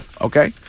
Okay